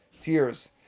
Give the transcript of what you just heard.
tears